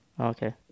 Okay